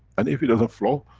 and if it doesn't flow,